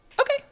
okay